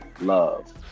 love